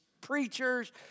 preachers